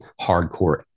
hardcore